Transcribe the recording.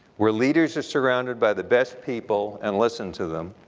where leaders are surrounded by the best people and listen to them.